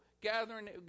gathering